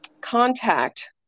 contact